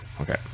okay